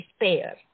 despair